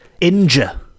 injure